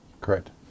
Correct